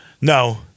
No